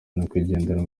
nyakwigendera